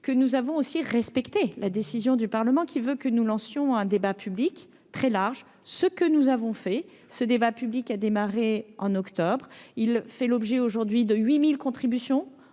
que nous avons aussi respecter la décision du Parlement, qui veut que nous lancions un débat public très large, ce que nous avons fait ce débat public, a démarré en octobre, il fait l'objet aujourd'hui de 8000 contributions